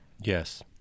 Yes